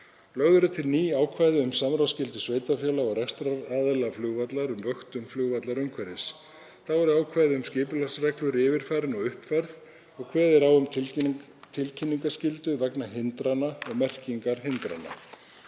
Lögð eru til ný ákvæði um samráðsskyldu sveitarfélaga og rekstraraðila flugvallar um vöktun flugvallarumhverfis. Þá eru ákvæði um skipulagsreglur yfirfarin og uppfærð og kveðið er á um tilkynningaskyldu vegna hindrana og merkingar hindrana.